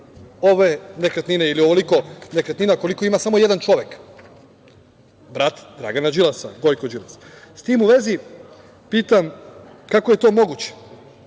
ove nekretnine ili ovoliko nekretnina koliko ima samo jedan čovek, brat Dragana Đilasa, Gojko Đilas.S tim u vezi pitam, kako je to moguće